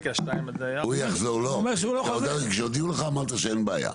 שיודיעו לך, אמרת שאין בעיה.